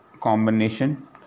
combination